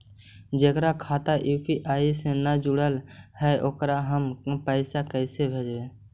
जेकर खाता यु.पी.आई से न जुटल हइ ओकरा हम पैसा कैसे भेजबइ?